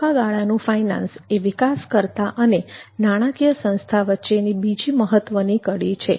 ટૂંકા ગાળાનું ફાઇનાન્સ એ વિકાસકર્તા અને નાણાકીય સંસ્થા વચ્ચેની બીજી મહત્ત્વની કડી છે